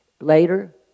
Later